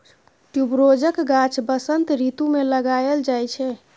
ट्युबरोजक गाछ बसंत रितु मे लगाएल जाइ छै